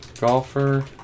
Golfer